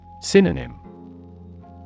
Synonym